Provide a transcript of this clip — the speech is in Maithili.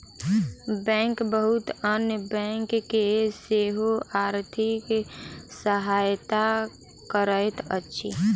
बैंक बहुत अन्य बैंक के सेहो आर्थिक सहायता करैत अछि